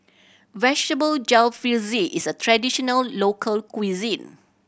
Vegetable Jalfrezi is a traditional local cuisine